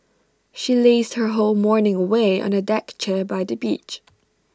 she lazed her whole morning away on A deck chair by the beach